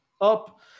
up